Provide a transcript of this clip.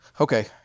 Okay